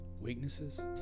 weaknesses